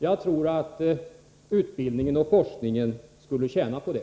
Jag tror att utbildningen och forskningen skulle tjäna på det.